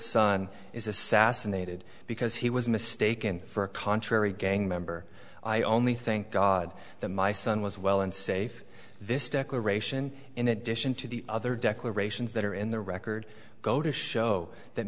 son is assassinated because he was mistaken for a contrary gang member i only think god that my son was well and safe this declaration in addition to the other declarations that are in the record go to show that